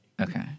Okay